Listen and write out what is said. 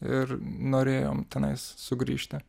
ir norėjom tenais sugrįžti